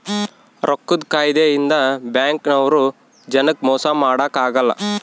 ರೊಕ್ಕದ್ ಕಾಯಿದೆ ಇಂದ ಬ್ಯಾಂಕ್ ನವ್ರು ಜನಕ್ ಮೊಸ ಮಾಡಕ ಅಗಲ್ಲ